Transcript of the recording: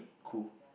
cool